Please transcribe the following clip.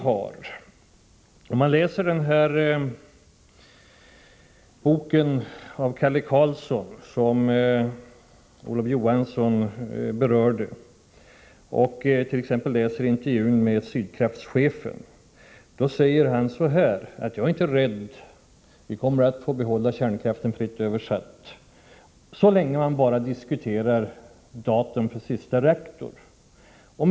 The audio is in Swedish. I boken av Kalle Karlsson som Olof Johansson berörde kan man läsa en intervju med Sydkraftchefen som säger så här — fritt återgivet: Vi är inte rädda. Vi kommer att få behålla kärnkraften så länge man bara diskuterar datum för sista reaktorn.